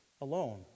alone